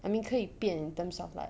I mean 可以变 in terms of like